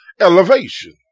Elevation